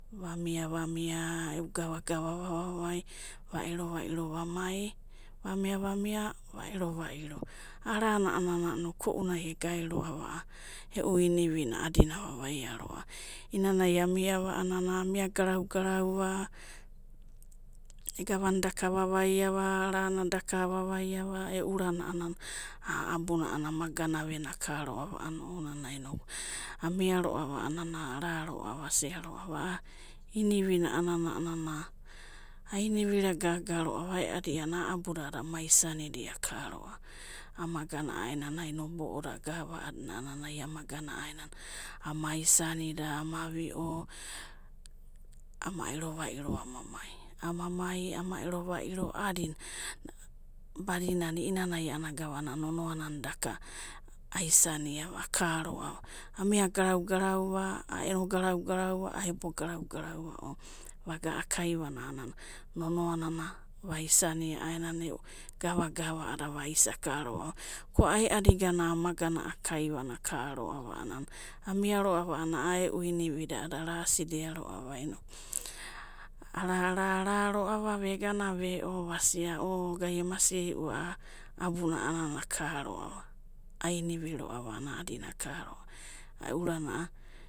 Va mia va mia, gava gava vavavai, va ero vairo va mai va mia va mia, va ero vairo, a'anana a'anana ukou'nai egae roava e'u inivinai a'adina avavaiaroava. Einanai amiava a'anana, amia garau garau'va gavana daka avavaiava, ranadaka avavaiava, e'u urana a'anana a'a abuna ama gana vena akaroava ana ounanai, inoku amia roava a'anana araroava asiaroava a'a inivina a'anana, a'anana aniviria gaganoava aeadi a'anana a'a abuna ama isanida akaroava, ama gana a'aenana inoku bo'oda gava a'adina amagana a'aenanai ama isanido ama vio, ama ero vairo ama mai, ama mai ama ero vairo a'adina badinana ieinana gavana nonoa nana daka aisaniava akaroava, amia garau garau, aeno garau garau, ebo garau garau, oun. va gana a'akaivana nonoa nana vaisana a'aenanai gava gavadada vaisa, akaroava nonoa aeadi gana ama gana akaroava, amia roava a'anana e'u inivida arasida roava inoku ara'ara'ara roava vegana veo vasia - ema siei'u a'a abuna akaroava e'u urana.